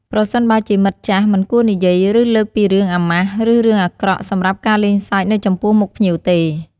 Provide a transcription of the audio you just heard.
ប្រសិនបើជាមិត្តចាស់ មិនគួរនិយាយ ឬ លើកពីរឿងអាម៉ាស់ ឬរឿងអាក្រក់ សម្រាប់ការលេងសើច នៅចំពោះមុខភ្ញៀវទេ។